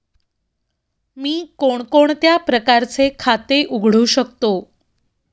मी कोणकोणत्या प्रकारचे खाते उघडू शकतो?